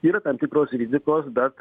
yra tam tikros rizikos bet